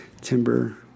Timber